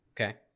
okay